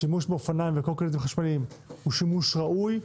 השימוש באופניים ובקורקינטים חשמליים הוא שימוש ראוי,